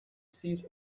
seat